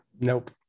Nope